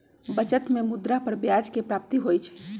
बचत में मुद्रा पर ब्याज के प्राप्ति होइ छइ